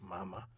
Mama